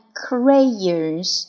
crayons